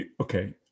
Okay